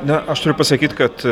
na aš turiu pasakyt kad